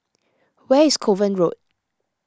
where is Kovan Road